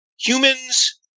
Humans